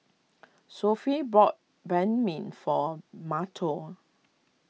Sophie brought Banh Mi for Mateo